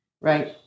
Right